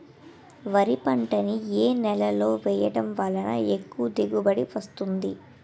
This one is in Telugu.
వరి పంట ని ఏ నేలలో వేయటం వలన ఎక్కువ దిగుబడి వస్తుంది?